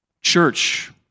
Church